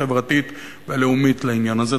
החברתית והלאומית לעניין הזה.